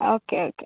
okay okay